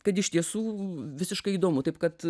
kad iš tiesų visiškai įdomu taip kad